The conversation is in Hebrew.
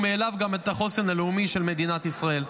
ומאליו גם את החוסן הלאומי של מדינת ישראל.